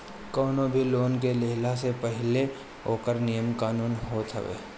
कवनो भी लोन के लेहला से पहिले ओकर नियम कानून होत हवे